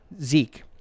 Zeke